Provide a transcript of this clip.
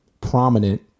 prominent